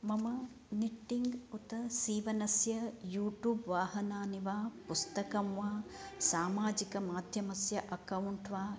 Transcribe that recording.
मम निट्टिङ्ग् उत सीवनस्य यूट्यूब् वाहनानि वा पुस्तकं वा सामाजिकमाध्यमस्य अकौण्ट् वा